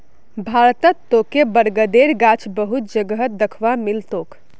भारतत तोके बरगदेर गाछ बहुत जगहत दख्वा मिल तोक